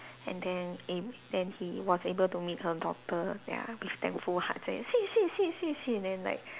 and then eh then he was able to meet her daughter ya with thankful heart and 谢谢谢谢谢 then like